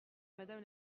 madame